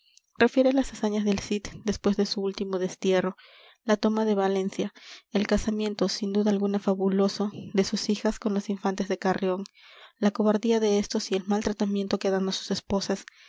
refiere las hazañas del cid después de su último destierro la toma de valencia el casamiento sin duda alguna fabuloso de sus hijas con los infantes de carrión la cobardía de éstos y el mal tratamiento que dan á sus esposas